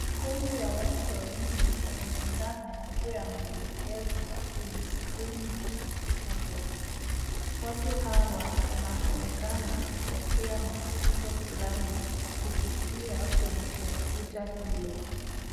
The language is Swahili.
Mikono ya watu wawili yanaonekana yakiwa yameelekezwa kwenye skrini ya kompyuta ndogo. Watu hawa wanaonekana kupokea mafunzo fulani kupitia kwenye kompyuta hilo.